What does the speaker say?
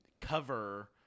cover